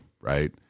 right